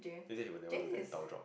he said he will never do that tower drop